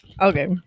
Okay